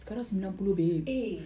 eh